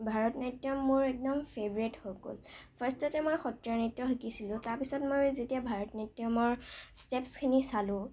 ভাৰত নাট্যম মোৰ একদম ফেভৰেট হৈ গ'ল ফাৰ্ষ্টতে মই সত্ৰীয়া নৃত্য শিকিছিলোঁ তাৰপিছত মই যেতিয়া মই ভাৰতনাট্যমৰ ষ্টেপচখিনি চালো